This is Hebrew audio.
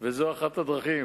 וזו אחת הדרכים.